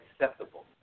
acceptable